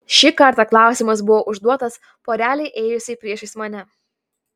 ši kartą klausimas buvo užduotas porelei ėjusiai priešais mane